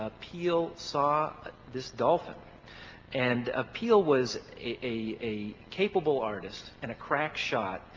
ah peale saw this dolphin and ah peale was a capable artist and a crack shot.